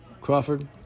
Crawford